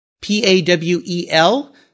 P-A-W-E-L